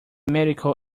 medical